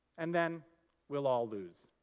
and then we'll all lose.